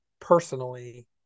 personally